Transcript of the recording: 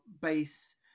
base